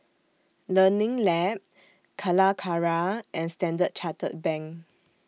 Learning Lab Calacara and Standard Chartered Bank